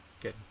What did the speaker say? Good